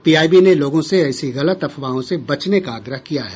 PIB ने लोगों से ऐसी गलत अफवाहों से बचने का आग्रह किया है